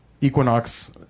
equinox